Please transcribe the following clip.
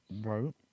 Right